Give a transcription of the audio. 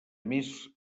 més